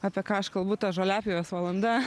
apie ką aš kalbu ta žoliapjovės valanda